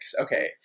Okay